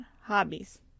hobbies